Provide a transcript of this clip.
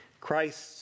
Christ